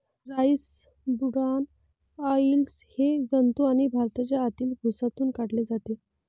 rice bran oil हे जंतू आणि भाताच्या आतील भुसातून काढले जाते